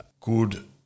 good